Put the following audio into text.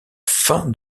fin